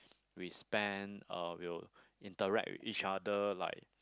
we spend uh we'll interact with each other like